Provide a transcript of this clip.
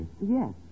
Yes